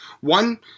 One